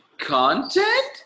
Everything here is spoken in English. Content